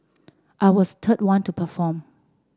I was third one to perform